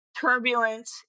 turbulent